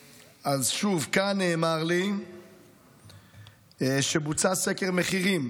שוב, כאן נאמר לי שבוצע סקר מחירים